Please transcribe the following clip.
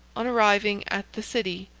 on arriving at the city,